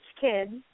kids